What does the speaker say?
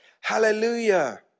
Hallelujah